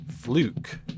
Fluke